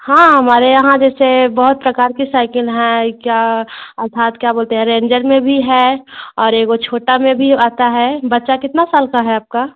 हाँ हमारे यहाँ जैसे बहुत प्रकार की साइकिल हैं क्या अर्थात क्या बोलते हैं रेंजर में भी है और एगो छोटा में भी आता है बच्चा कितना साल का है आपका